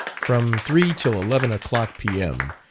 from three till eleven o'clock, p m,